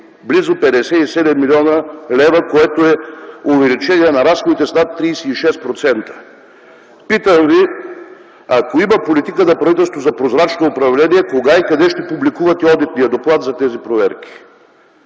близо 57 млн. лв., което е увеличение на разходите с над 36%. Питам Ви, ако има политика на правителството за прозрачно управление – кога и къде ще публикувате одитния доклад за тези проверки?